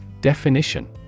Definition